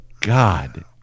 God